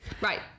Right